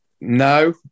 No